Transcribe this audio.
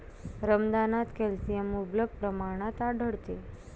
रमदानात कॅल्शियम मुबलक प्रमाणात आढळते